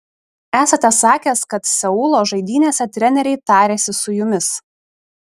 esate sakęs kad seulo žaidynėse treneriai tarėsi su jumis